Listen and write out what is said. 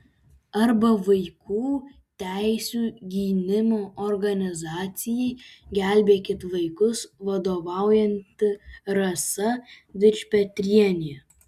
arba vaikų teisių gynimo organizacijai gelbėkit vaikus vadovaujanti rasa dičpetrienė